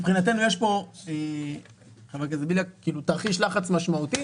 מבחינתנו יש פה תרחיש לחץ משמעותי,